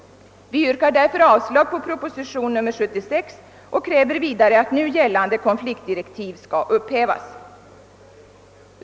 Vi yrkar därför avslag på proposition nr 76 och kräver vidare att nu gällande konfliktdirektiv skall upphävas.